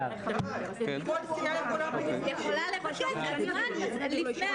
על זה הולכים ואומרים לציבור שלם: אז מה אם בחרתם מישהו,